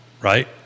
right